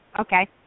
Okay